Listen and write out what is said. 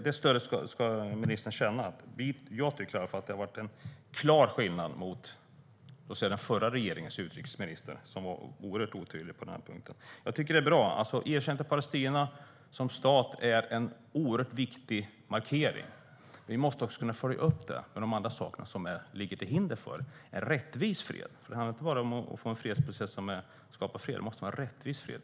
Det stödet ska ministern känna; jag tycker i alla fall att det är en klar skillnad mot den förra regeringens utrikesminister, som var oerhört otydlig på den här punkten. Jag tycker att det här är bra. Erkännandet av Palestina som stat är en oerhört viktig markering, och vi måste kunna följa upp den med de andra saker som ligger till hinder för en rättvis fred. Det handlar inte bara om att få en process som skapar fred, utan det måste vara en rättvis fred.